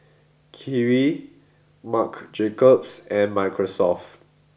Kiwi Marc Jacobs and Microsoft